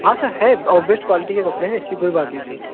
हाँ सर है और बेस्ट क्वालिटी के कपड़े हैं ऐसी कोई बात नहीं सर